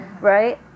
right